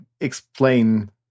explain